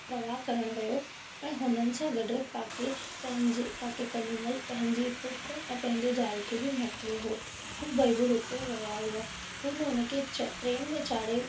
प्रवाह करण वियो ऐं हुननि सां गॾ काके पहिंजे काके कल्लूमल पहिंजे पुटु ऐं पहिंजे ज़ाल खे बि मोकिलियो हो हूं ॿई बि हुते विया हुआ हुन हुन खे च ट्रेन में चाढ़े